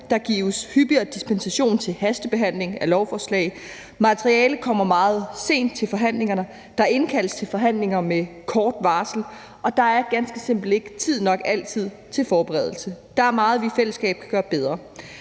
Der gives hyppigere dispensation til hastebehandling af lovforslag. Materialet kommer meget sent til forhandlingerne. Der indkaldes til forhandlinger med kort varsel. Og der er ganske simpelt hen ikke altid tid nok til forberedelse. Der er meget, vi i fællesskab kan gøre bedre.